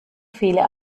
viele